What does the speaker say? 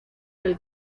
del